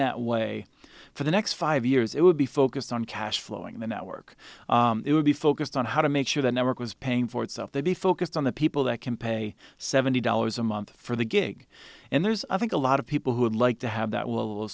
that way for the next five years it would be focused on cash flowing the network it would be focused on how to make sure the network was paying for itself they be focused on the people that can pay seventy dollars a month for the gig and there's i think a lot of people who would like to have that will